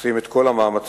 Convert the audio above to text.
עושים את כל המאמצים